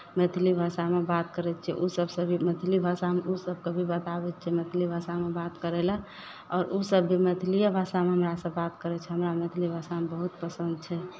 मैथिली भाषामे बात करै छियै ओ सभसँ भी मैथिली भाषामे ओ सभकेँ भी बताबै छियै मैथिली भाषामे बात करय लेल आओर ओसभ भी मैथिलिए भाषामे हमरासँ बात करै छै हमरा मैथिली भाषामे बहुत पसन्द छै